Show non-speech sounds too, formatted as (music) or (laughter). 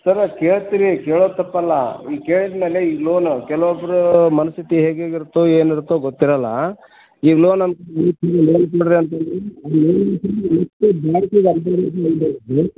ಸರ ಕೇಳ್ತೀರಿ ಕೇಳೋದು ತಪ್ಪಲ್ಲ ನೀವು ಕೇಳಿದ ಮೇಲೆ ಈಗ ಲೋನ್ ಕೆಲವೊಬ್ರು ಮನಸ್ಥಿತಿ ಹೇಗೆ ಹೇಗೆ ಇರುತ್ತೊ ಏನು ಇರುತ್ತೊ ಗೊತ್ತಿರಲ್ಲ ಈಗ ಲೋನ್ ಅಂತು (unintelligible)